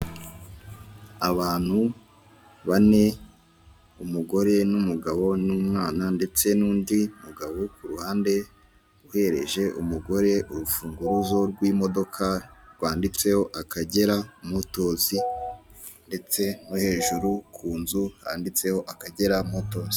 Abantu bane umugore n'umugabo n'umwana ndetse n'undi mugabo ku ruhande, uhereje umugore urufunguzo rw'imodoka rwanditseho akagera motozi ndetse no hejuru ku nzu handitseho akagera motozi.